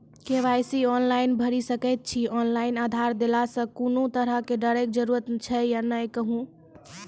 KYC online भैरि सकैत छी, ऑनलाइन आधार देलासॅ कुनू तरहक डरैक जरूरत छै या नै कहू?